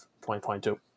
2022